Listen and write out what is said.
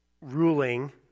ruling